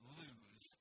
lose